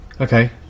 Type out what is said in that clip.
Okay